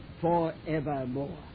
forevermore